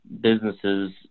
businesses